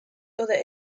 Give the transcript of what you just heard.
other